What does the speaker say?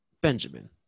Benjamin